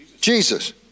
Jesus